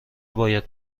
باید